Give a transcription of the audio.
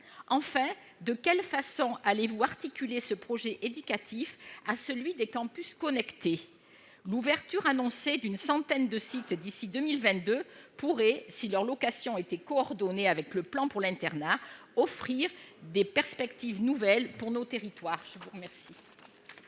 Enfin, de quelle façon allez-vous articuler ce projet éducatif à celui des campus connectés ? L'ouverture annoncée d'une centaine de sites d'ici à 2022 pourrait, si leur localisation était coordonnée avec le plan pour l'internat, offrir des perspectives nouvelles pour nos territoires. La parole